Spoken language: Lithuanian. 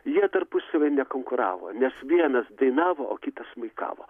jie tarpusavyje nekonkuravo nes vienas dainavo o kitas smuikavo